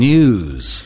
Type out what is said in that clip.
News